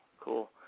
cool